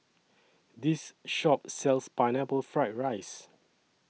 This Shop sells Pineapple Fried Rice